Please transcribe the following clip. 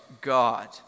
God